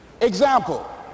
Example